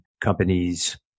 companies